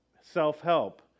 self-help